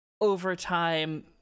overtime